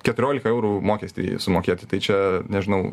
keturiolika eurų mokestį sumokėti tai čia nežinau